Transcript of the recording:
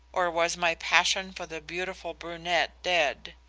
or was my passion for the beautiful brunette dead?